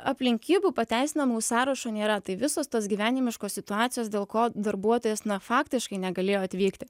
aplinkybių pateisinamų sąrašo nėra tai visos tos gyvenimiškos situacijos dėl ko darbuotojas na faktiškai negalėjo atvykti